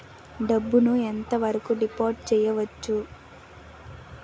డబ్బు ను ఎంత వరకు డిపాజిట్ చేయవచ్చు?